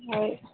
औ